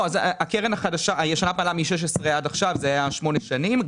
הקרן הישנה פעלה מ-2016 עד עכשיו - זה היה שמונה שנים.